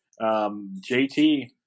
JT